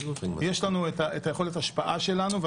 יש לנו את יכולת ההשפעה שלנו,